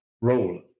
Roll